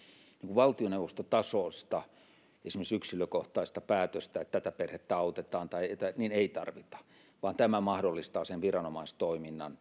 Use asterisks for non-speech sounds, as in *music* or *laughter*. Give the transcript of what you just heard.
valtioneuvostotasoista esimerkiksi yksilökohtaista päätöstä että perhettä autetaan ei tarvita vaan tämä periaatepäätös mahdollistaa sen viranomaistoiminnan *unintelligible*